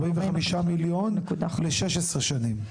45 מיליון ל-16 שנים.